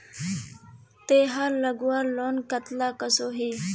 तेहार लगवार लोन कतला कसोही?